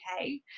okay